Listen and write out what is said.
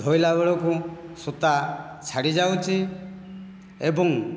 ଧୋଇଲା ବେଳକୁ ସୂତା ଛାଡ଼ି ଯାଉଛି ଏବଂ